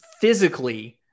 physically –